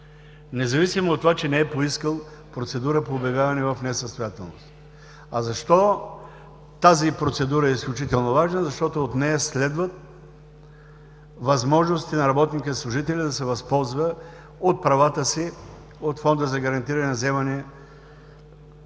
независимо от това, че не е поискал процедура по обявяване в несъстоятелност. Защо тази процедура е изключително важна? – Защото от нея следват възможности за работника или служителя да се възползва от правата си чрез Фонда за гарантиране на вземания.